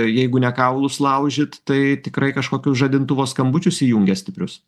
jeigu ne kaulus laužyt tai tikrai kažkokius žadintuvo skambučius įjungia stiprius